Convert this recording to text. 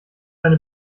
eine